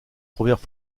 premières